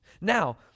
Now